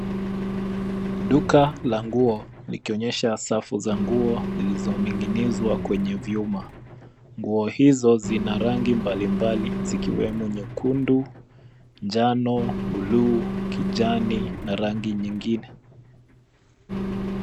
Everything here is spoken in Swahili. Duka la nguo likionyesha safu za nguo zilizoning'inizwa kwenye vyuma. Nguo hizo zina rangi mbalimbali zikiwemo nyekundu, jano,(cs)blue(cs),kijani na rangi nyingine.